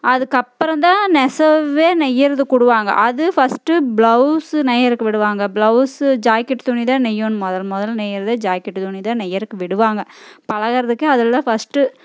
அதுக்கு அப்பறந்தான் நெசவு நெய்கிறத்துக்கு விடுவாங்க அது ஃபஸ்ட் ப்ளவுஸ் நெய்கிறக்கு விடுவாங்க ப்ளவுஸ்சு ஜாக்கெட்டு துணிதான் நெய்யணும் முதல் முதல்ல நெய்கிறதே ஜாக்கெட் துணிந்தான் நெய்கிறக்கு விடுவாங்க பழகுகிறதுக்கு அதுதான் ஃபஸ்ட்டு